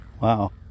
Wow